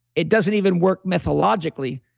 it doesn't even work mythologically.